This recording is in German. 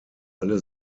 alle